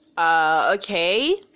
Okay